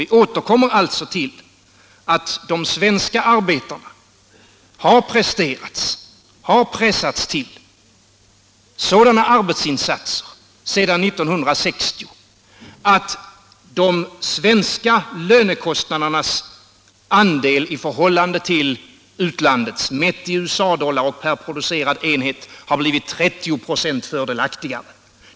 Vi återkommer alltså till att de svenska arbetarna har pressats till sådana arbetsinsatser sedan år 1960 att de svenska lönekostnadernas andel i förhållande till utlandets, mätt i USA-dollar och per producerad enhet, har blivit 30 96 fördelaktigare.